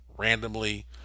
randomly